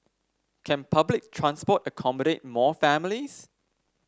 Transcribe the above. can public transport accommodate more families